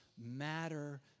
matter